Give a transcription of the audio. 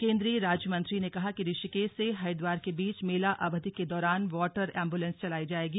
केंद्रीय राज्य मंत्री ने कहा कि ऋषिकेश से हरिद्दार के बीच मेला अवधि के दौरान वॉटर एम्बुलेंस चलाई जायेगी